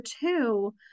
two